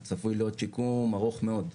וצפוי להיות שיקום ארוך מאוד.